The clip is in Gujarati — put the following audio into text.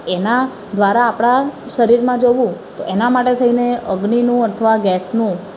એના દ્વારા આપણા શરીરમાં જવું તો એના માટે થઇને અગ્નિનું અથવા ગૅસનું